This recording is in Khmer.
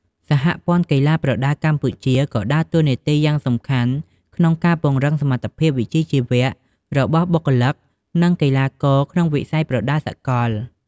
សហព័ន្ធកីឡាប្រដាល់កម្ពុជា ក៏ដើរតួនាទីយ៉ាងសំខាន់ក្នុងការពង្រឹងសមត្ថភាពវិជ្ជាជីវៈរបស់បុគ្គលិក និងកីឡាករក្នុងវិស័យប្រដាល់សកល។